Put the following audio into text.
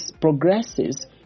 progresses